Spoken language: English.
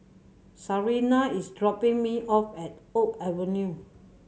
Sarina is dropping me off at Oak Avenue